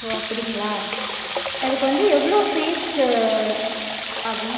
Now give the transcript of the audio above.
ஓ அப்படிங்களா அதுக்கு வந்து எவ்வளோ ஃபீஸ்ஸு ஆகும்